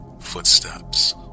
Footsteps